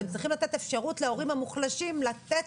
אתם צריכים לתת אפשרות להורים המוחלשים לתת